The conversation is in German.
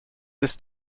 ist